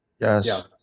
Yes